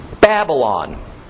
Babylon